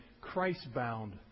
Christ-bound